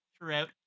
throughout